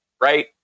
Right